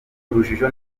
urujijo